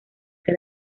que